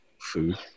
food